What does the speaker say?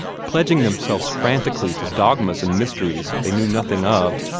pledging themselves frantically to dogmas and mysteries they knew nothing of,